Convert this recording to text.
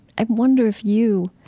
i wonder if you,